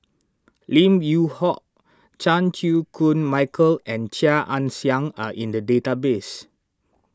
Lim Yew Hock Chan Chew Koon Michael and Chia Ann Siang are in the database